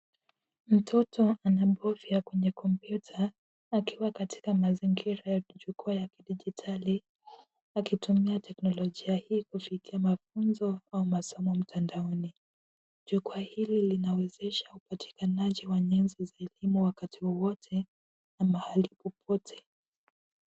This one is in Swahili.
Mtoto anabovya kwenye kompyuta akiwa katika mazingira ya jukwaa ya kidigitali akitumia teknologia hii kushikia mafunzo kwa masomo mtandaoni. Jukwaa hili linawezesha upatikanaji wa ujuzi wakati wowote na pahali popote.